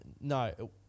no